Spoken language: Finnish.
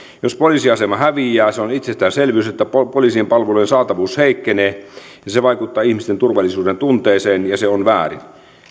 jos poliisiasema häviää se on itsestäänselvyys että poliisin palvelujen saatavuus heikkenee ja se vaikuttaa ihmisten turvallisuudentunteeseen ja se on väärin